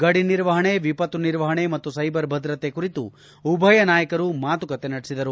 ಗಡಿ ನಿರ್ವಹಣೆ ವಿಪತ್ತು ನಿರ್ವಹಣೆ ಮತ್ತು ಸ್ಯೆಬರ್ ಭದ್ರತೆ ಕುರಿತು ಉಭಯ ನಾಯಕರು ಮಾತುಕತೆ ನಡೆಸಿದರು